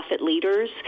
leaders